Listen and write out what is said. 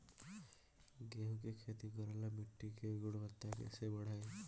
गेहूं के खेती करेला मिट्टी के गुणवत्ता कैसे बढ़ाई?